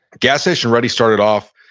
gas station ready started off,